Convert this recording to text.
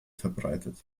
verbreitet